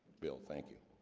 bill, thank you